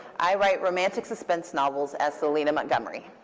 i write romantic suspense novels as selena montgomery.